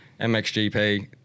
MXGP